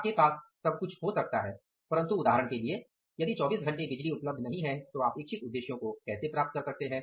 आपके पास सब कुछ हो सकता है परन्तु उदाहरण के लिए यदि 24 घंटे बिजली उपलब्ध नहीं है तो आप इच्छित उद्देश्यों को कैसे प्राप्त कर सकते हैं